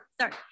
sorry